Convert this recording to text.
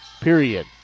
period